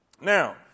Now